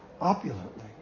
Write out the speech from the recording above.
opulently